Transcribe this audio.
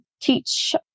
teach